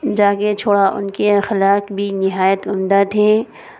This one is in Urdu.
جا کے چھوڑا ان کی اخلاق بھی نہایت عمدہ تھی